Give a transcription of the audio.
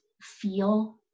feel